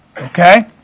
Okay